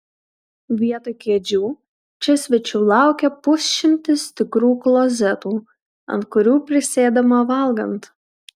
vietoj kėdžių čia svečių laukia pusšimtis tikrų klozetų ant kurių prisėdama valgant